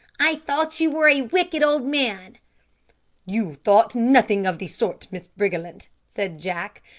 i thought you were a wicked old man you thought nothing of the sort, miss briggerland, said jack.